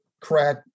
crack